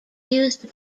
used